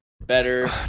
better